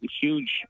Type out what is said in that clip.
huge